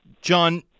John